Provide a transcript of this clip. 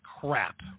crap